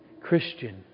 Christian